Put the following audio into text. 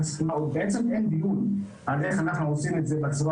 בעצם אין דיון על איך אנחנו עושים את זה בצורה